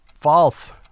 False